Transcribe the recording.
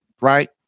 Right